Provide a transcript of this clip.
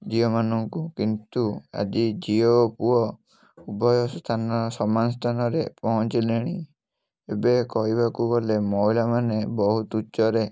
ଝିଅମାନଙ୍କୁ କିନ୍ତୁ ଆଜି ଝିଅ ଓ ପୁଅ ଉଭୟ ସ୍ଥାନ ସମାନ ସ୍ଥାନରେ ପହଞ୍ଚିଲେଣି ଏବେ କହିବାକୁ ଗଲେ ମହିଳାମାନେ ବହୁତ ଉଚ୍ଚରେ